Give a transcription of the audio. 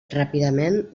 ràpidament